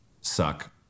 suck